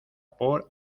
por